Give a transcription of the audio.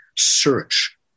Search